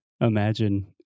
Imagine